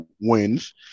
wins